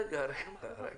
רגע, רגע, רגע.